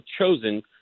chosen